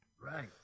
Right